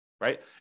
right